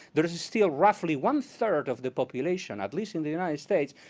there is still roughly one third of the population, at least in the united states,